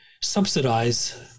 subsidize